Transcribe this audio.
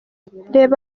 reba